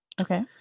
Okay